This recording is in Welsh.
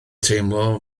teimlo